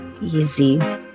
easy